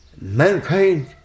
mankind